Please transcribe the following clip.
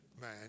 man